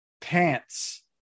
pants